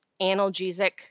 analgesic